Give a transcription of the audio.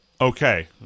Okay